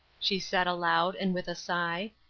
she said aloud, and with a sigh.